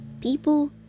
People